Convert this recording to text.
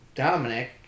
Dominic